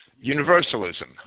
universalism